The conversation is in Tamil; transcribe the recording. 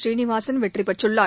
சீனிவாசன் வெற்றி பெற்றுள்ளார்